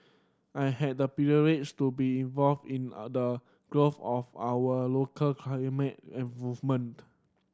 I had the privilege to be involved in the growth of our local climate movement